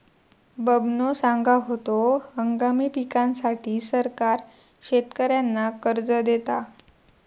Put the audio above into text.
बबनो सांगा होतो, हंगामी पिकांसाठी सरकार शेतकऱ्यांना कर्ज देता